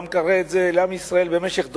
וזה קרה לעם ישראל במשך הדורות.